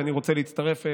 ואני רוצה להצטרף.